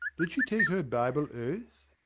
did she take her bible oath?